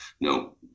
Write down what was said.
No